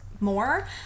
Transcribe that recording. more